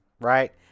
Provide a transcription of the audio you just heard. right